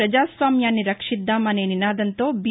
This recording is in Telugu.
పజాస్వామ్యాన్ని పరిరక్షిద్దాం అనే నినాదంతో బీ